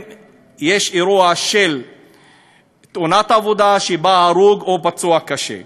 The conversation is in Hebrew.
יש אירוע של תאונת עבודה שבה הרוג או פצוע קשה.